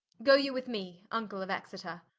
goe you with me, vnckle of exeter.